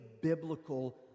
biblical